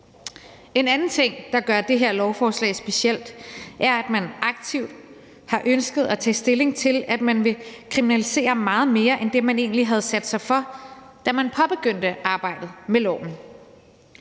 En anden ting, der gør det her lovforslag specielt, er, at man aktivt har ønsket at tage stilling til, at man vil kriminalisere meget mere end det, man egentlig havde sat sig for, da man påbegyndte arbejdet med loven.